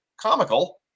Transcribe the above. comical